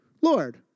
Lord